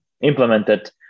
implemented